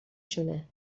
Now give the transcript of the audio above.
شونه